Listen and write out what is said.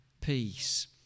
peace